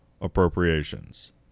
appropriations